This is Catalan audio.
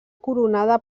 coronada